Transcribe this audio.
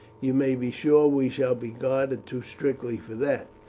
you may be sure we shall be guarded too strictly for that.